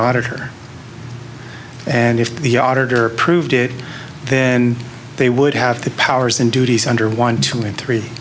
auditor and if the auditor approved it then they would have the powers and duties under one two men three